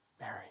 Mary